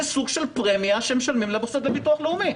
סוג של פרמיה שמשלמים למוסד לביטוח לאומי.